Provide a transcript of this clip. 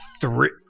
three